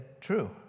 true